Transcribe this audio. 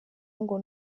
ngo